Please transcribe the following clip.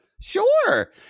Sure